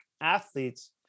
athletes